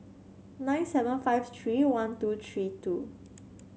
nine seven five three one two three two